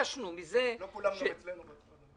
לא כולם גם אצלנו רוצים.